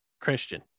Christian